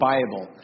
Bible